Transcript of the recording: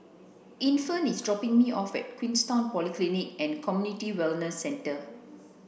infant is dropping me off at Queenstown Polyclinic and Community Wellness Centre